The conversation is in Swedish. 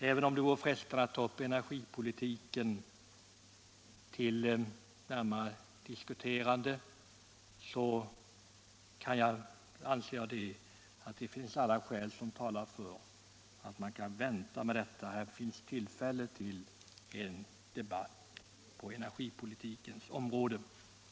Även om det vore frestande att ta upp energipolitiken till närmare diskussion, anser jag att alla skäl talar för att vi väntar med detta — det blir ganska snart tillfälle till en debatt på energipolitikens område.